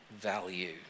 value